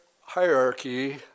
hierarchy